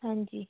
हाँ जी